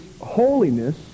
holiness